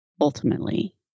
ultimately